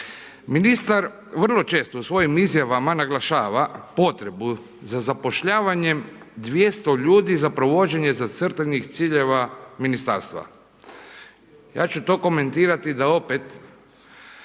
Ministar vrlo često u svojim izjavama naglašava potrebu za zapošljavanjem 200 ljudi za provođenje zacrtanih ciljeva ministarstva, ja ću to komentirati da opet